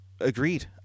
Agreed